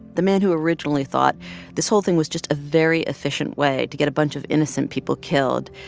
the man who originally thought this whole thing was just a very efficient way to get a bunch of innocent people killed,